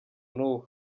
n’ubu